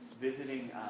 visiting